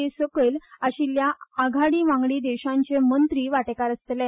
ए सकयल आशिल्ल्या आघाडी वांगडी देशांचे मंत्री वाटेकार आसतले